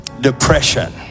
depression